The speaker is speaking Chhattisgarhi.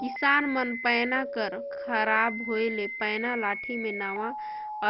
किसान मन पैना कर खराब होए ले पैना लाठी मे नावा